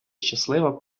щаслива